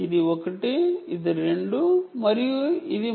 ఇది ఒకటి ఇది 2 మరియు ఇది 3